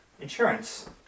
insurance